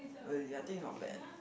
really I think it's not bad